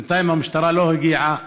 בינתיים המשטרה לא הגיעה.